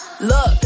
Look